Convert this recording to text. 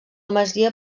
masia